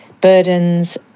burdens